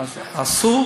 אסור